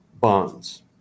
bonds